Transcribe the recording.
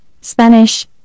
Spanish